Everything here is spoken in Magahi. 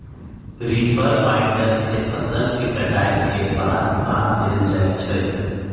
रीपर बाइंडर से फसल के कटाई के बाद बान देल जाई छई